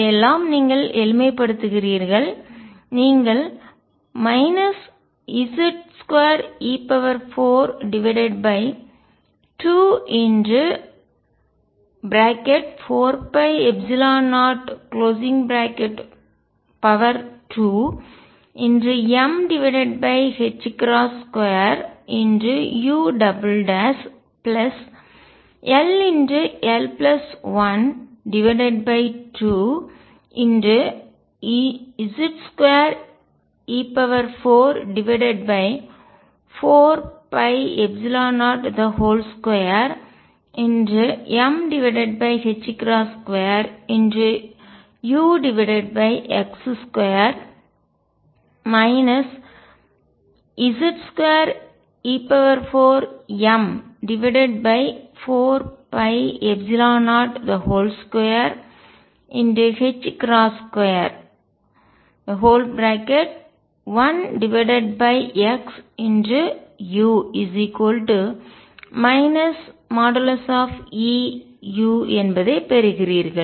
இதையெல்லாம் நீங்கள் எளிமைப்படுத்துகிறீர்கள் நீங்கள் Z2e424π02m2ull12Z2e44π02m2ux2 Z2e4m4π0221xu |E|u என்பதை பெறுகிறீர்கள்